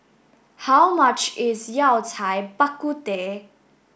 how much is Yao Cai Bak Kut Teh